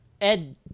Ed